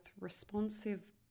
responsive